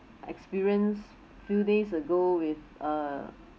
experience few days ago with uh